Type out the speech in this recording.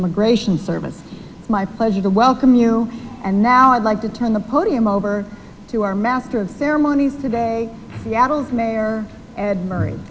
immigration service my pleasure to welcome you and now i'd like to turn the podium over to our master of ceremonies today wattles mayor ed m